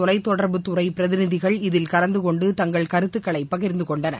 தொலைத்தொடர்புத்துறைபிரதிநிதிகள் இதில் கலந்துகொண்டுதங்கள் கருத்துக்களைபகிர்ந்துகொண்டனர்